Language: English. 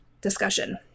discussion